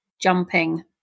jumping